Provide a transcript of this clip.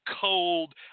cold